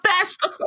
best